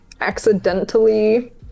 accidentally